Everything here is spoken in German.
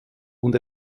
und